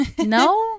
no